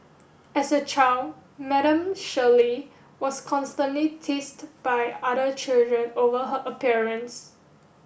as a child Madam Shirley was constantly teased by other children over her appearance